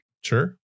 Sure